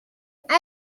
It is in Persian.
اینجا